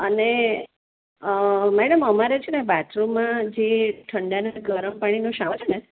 અને મેડમ અમારે છે ને બાથરૂમમાં જે ઠંડા અને ગરમ પાણીનો શાવર છે ને